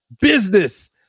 business